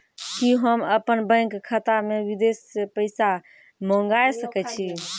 कि होम अपन बैंक खाता मे विदेश से पैसा मंगाय सकै छी?